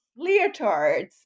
leotards